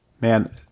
Man